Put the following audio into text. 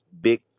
big